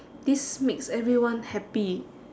this makes everyone happy